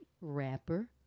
rapper